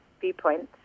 viewpoints